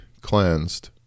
cleansed